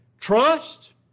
Trust